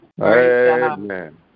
Amen